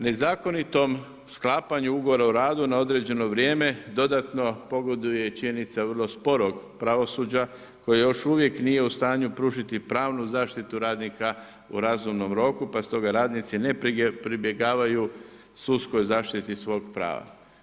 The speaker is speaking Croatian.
Nezakonitom sklapanju ugovora o radu na određeno vrijeme dodatno pogoduje činjenica vrlo sporog pravosuđa koje još uvijek nije u stanju pružiti pravnu zaštitu radnika u razumnom roku pa stoga radnici ne pribjegavaju sudskoj zaštiti svog prava.